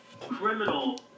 criminal